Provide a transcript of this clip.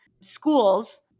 schools